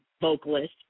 vocalist